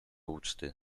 uczty